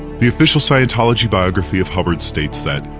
the official scientology biography of hubbard states that,